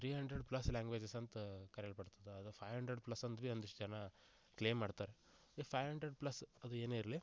three hundred plus languages ಅಂತ ಕರೆಯಲ್ಪಡ್ತದೆ ಅದು ಫೈವ್ ಹಂಡ್ರೆಡ್ ಪ್ಲಸ್ ಅಂದ್ವಿ ಒಂದಿಷ್ಟು ಜನ ಕ್ಲೇಮ್ ಮಾಡ್ತಾರೆ ಈ ಫೈವ್ ಹಂಡ್ರೆಡ್ ಪ್ಲಸ್ ಅದು ಏನೇ ಇರಲಿ